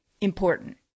important